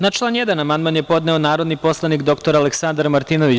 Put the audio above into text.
Na član 1. amandman je podneo narodni poslanik dr Aleksandar Martinović.